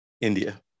India